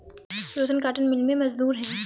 रोशन cotton mill में मजदूर है